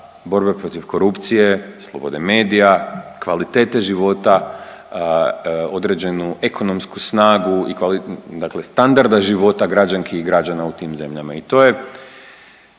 borbe protiv korupcije, slobode medija, kvalitete života, određenu ekonomsku snagu dakle standarda života građanki i građana u tim zemljama. I to je